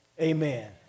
Amen